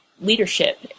leadership